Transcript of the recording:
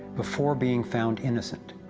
before being found innocent.